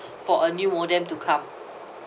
for a new modem to come